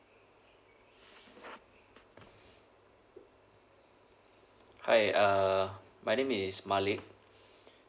hi uh my name is malik